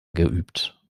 geübt